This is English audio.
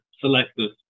selective